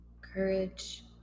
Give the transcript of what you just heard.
courage